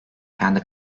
kendi